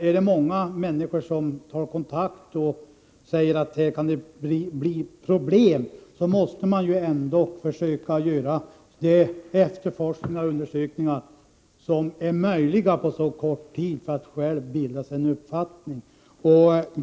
Är det många människor som tar kontakt och tycker att det kan bli problematiskt, måste man försöka göra de efterforskningar och undersökningar som är möjliga på så kort tid för att själv bilda sig en uppfattning.